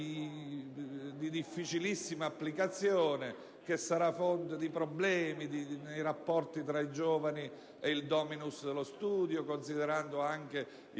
di difficilissima applicazione, che sarà fonte di problemi nei rapporti tra i giovani e il *dominus* dello studio, considerando anche il